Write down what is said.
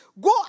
go